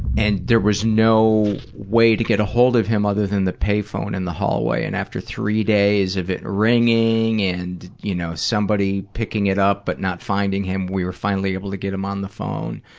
and there was no way to get a hold of him other than the payphone in the hallway. and after three days of it ringing and you know somebody picking it up but not finding him, we were finally able to get him on the phone.